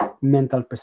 mental